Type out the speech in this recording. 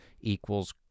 equals